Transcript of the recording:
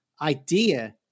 idea